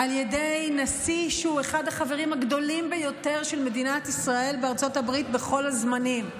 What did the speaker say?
שהוא אחד החברים הגדולים ביותר של מדינת ישראל בארצות הברית בכל הזמנים,